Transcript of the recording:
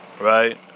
right